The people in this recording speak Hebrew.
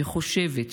שחושבת,